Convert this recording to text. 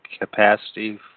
capacity